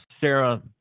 Sarah